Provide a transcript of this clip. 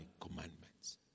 commandments